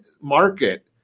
market